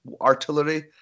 artillery